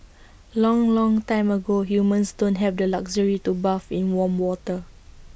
long long time ago humans don't have the luxury to bathe in warm water